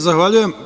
Zahvaljujem.